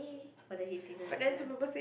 for the heatiness ya